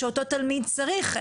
שאותו תלמיד צריך,